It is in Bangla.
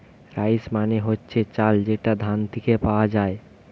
রাইস মানে হচ্ছে চাল যেটা ধান থিকে পাওয়া যায়